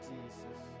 Jesus